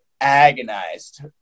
agonized